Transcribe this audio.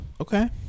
Okay